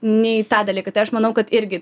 ne į tą dalyką tai aš manau kad irgi